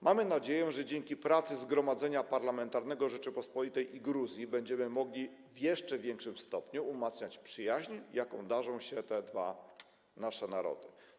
Mamy nadzieję, że dzięki pracy Zgromadzenia Parlamentarnego Rzeczypospolitej i Gruzji będziemy mogli w jeszcze większym stopniu umacniać przyjaźń, jaką darzą się te dwa nasze narody.